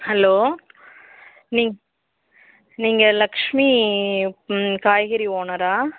hello நீ நீங்கள் லக்ஷ்மி காய்கறி ஓனரா